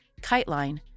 KiteLine